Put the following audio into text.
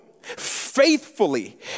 faithfully